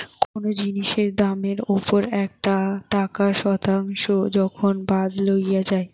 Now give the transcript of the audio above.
কোনো জিনিসের দামের ওপর একটা টাকার শতাংশ যখন বাদ লওয়া যাই